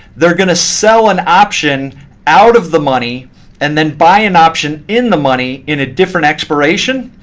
they're going to sell an option out of the money and then buy an option in the money in a different expiration.